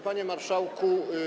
Panie Marszałku!